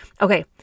Okay